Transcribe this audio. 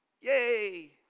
Yay